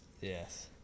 Yes